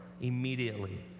immediately